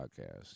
Podcast